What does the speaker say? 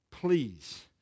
Please